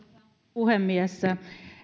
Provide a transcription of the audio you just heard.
puhemies